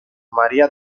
maría